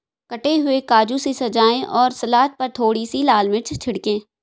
कटे हुए काजू से सजाएं और सलाद पर थोड़ी सी लाल मिर्च छिड़कें